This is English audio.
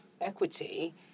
equity